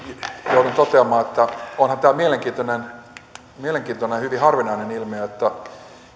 joudun toteamaan että onhan tämä mielenkiintoinen ja hyvin harvinainen ilmiö että